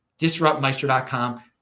disruptmeister.com